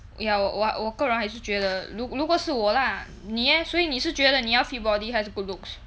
ya 我我我个人还是觉得如如果是我 lah 你 leh 所以你是觉得你要 fit body 还是 good looks